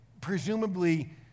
presumably